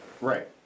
right